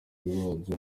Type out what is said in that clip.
bibanza